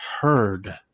heard